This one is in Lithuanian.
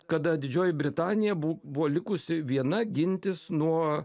kada didžioji britanija bū buvo likusi viena gintis nuo